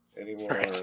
anymore